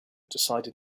decided